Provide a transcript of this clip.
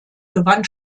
gewann